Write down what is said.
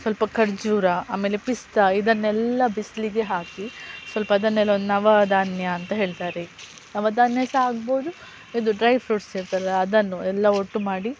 ಸ್ವಲ್ಪ ಕರ್ಜೂರ ಆಮೇಲೆ ಪಿಸ್ತಾ ಇದನ್ನೆಲ್ಲ ಬಿಸಿಲಿಗೆ ಹಾಕಿ ಸ್ವಲ್ಪ ಅದನ್ನೆಲ್ಲ ಒಂದು ನವಧಾನ್ಯ ಅಂತ ಹೇಳ್ತಾರೆ ನವಧಾನ್ಯ ಸಹ ಆಗ್ಬೋದು ಇದು ಡ್ರೈ ಫ್ರೂಟ್ಸ್ ಇರ್ತಾರ ಅದನ್ನು ಎಲ್ಲ ಒಟ್ಟು ಮಾಡಿ